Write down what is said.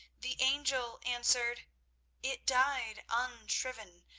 the angel answered it died unshriven,